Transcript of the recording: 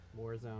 Warzone